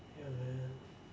ya man